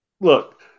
look